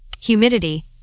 humidity